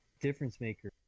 difference-maker